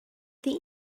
think